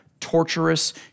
torturous